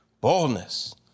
Boldness